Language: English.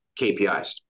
KPIs